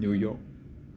New York